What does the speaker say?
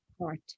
heart